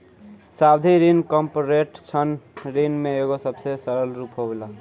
सावधि ऋण कॉर्पोरेट ऋण के एगो सबसे सरल रूप हवे